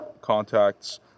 contacts